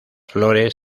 flores